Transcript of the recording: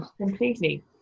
Completely